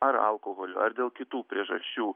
ar alkoholiu ar dėl kitų priežasčių